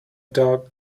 dog